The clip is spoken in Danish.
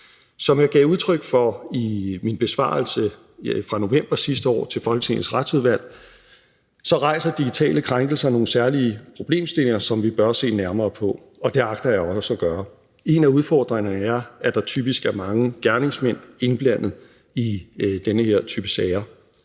Som jeg gav udtryk for i min besvarelse fra november sidste år til Folketingets Retsudvalg, rejser digitale krænkelser nogle særlige problemstillinger, som vi bør se nærmere på, og det agter jeg også at gøre. En af udfordringerne er, at der typisk er mange gerningsmænd indblandet i den her type sager.